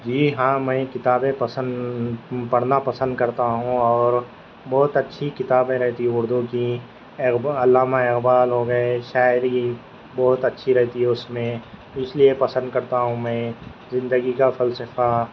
جی ہاں میں کتابیں پسند پڑھنا پسند کرتا ہوں اور بہت اچھی کتابیں رہتی ہیں اردو کی اقبال علامہ اقبال ہو گیے شاعری بہت اچھی رہتی ہے اس میں اس لیے پسند کرتا ہوں میں زندگی کا فلسفہ